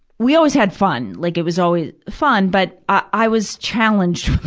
we always had fun, like it was always fun, but i, i was challenged